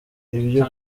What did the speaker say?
ibyo